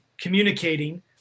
communicating